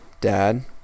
dad